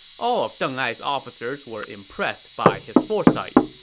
all of deng ai's officers were impressed by his foresight.